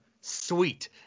Sweet